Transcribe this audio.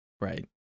Right